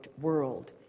world